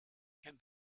can